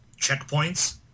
checkpoints